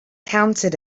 counted